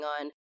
on